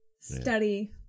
study